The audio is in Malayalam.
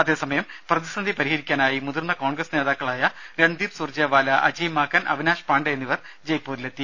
അതേസമയം പ്രതിസന്ധി പരിഹരിക്കാനായി മുതിർന്ന കോൺഗ്രസ് നേതാക്കളായ രൺദീപ് സുർജെവാല അജയ് മാക്കൻ അവിനാഷ് പാണ്ഡെ എന്നിവർ ജയ്പൂരിലെത്തി